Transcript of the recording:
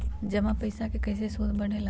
जमा पईसा के कइसे सूद बढे ला?